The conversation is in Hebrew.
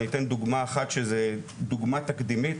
אני אתן דוגמה אחת שזו דוגמה תקדימית,